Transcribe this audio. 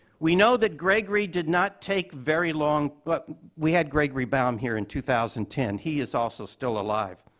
we know that gregory did not take very long. but we had gregory baum here in two thousand and ten. he is also still alive.